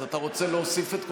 אז אתה רוצה להוסיף את קולך,